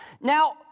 Now